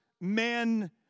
men